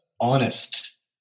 honest